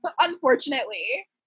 unfortunately